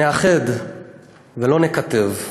שנאחד ולא נקטב,